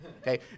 Okay